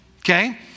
okay